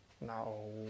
No